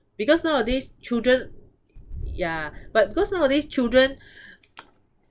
because nowadays children yeah but because nowadays children